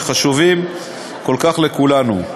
שחשובים כל כך לכולנו.